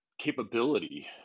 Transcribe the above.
capability